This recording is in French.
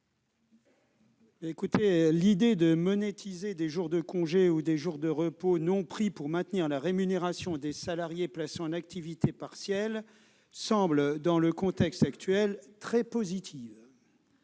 sociales ? L'idée de monétiser des jours de congé ou des jours de repos non pris pour maintenir la rémunération des salariés placés en activité partielle semble dans le contexte actuel très positive.